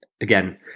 again